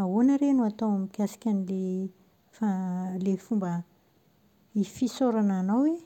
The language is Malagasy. ahoana re no atao mikasika an'ilay fa- ilay fomba fisaorana anao e?